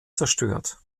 zerstört